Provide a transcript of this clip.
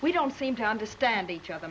we don't seem to understand each other